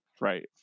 Right